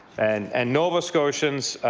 and and nova scotians